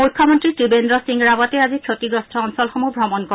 মুখ্যমন্ত্ৰী ত্ৰিবেন্দ্ৰ সিং ৰাৱটে আজি ক্ষতিগ্ৰস্ত অঞ্চলসমূহ ভ্ৰমণ কৰে